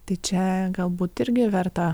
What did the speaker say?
tai čia galbūt irgi verta